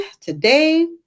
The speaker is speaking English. today